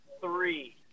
Three